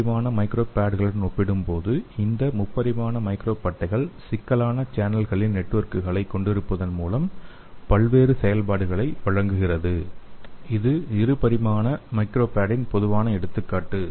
இரு பரிமாண மைக்ரோ பேட்களுடன் ஒப்பிடும்போது இந்த முப்பரிமாண மைக்ரோ பட்டைகள் சிக்கலான சேனல்களின் நெட்வொர்க்குகளை கொண்டிருப்பதன் மூலம் பல்வேறு செயல்பாடுகளை வழங்குகிறது இது இரு பரிமாண மைக்ரோ பேட்டின் பொதுவான எடுத்துக்காட்டு